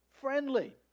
friendly